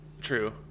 true